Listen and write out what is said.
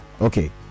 okay